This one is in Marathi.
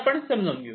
आपण समजावून घेऊ